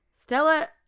Stella